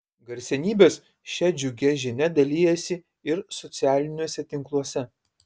garsenybės šia džiugia žinia dalijasi ir socialiniuose tinkluose